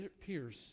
pierce